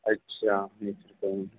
અચ્છા